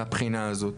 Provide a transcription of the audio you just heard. מהבחינה הזאת.